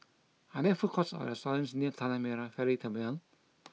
are there food courts or restaurants near Tanah Merah Ferry Terminal